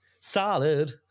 Solid